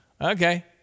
okay